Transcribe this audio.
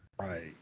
Right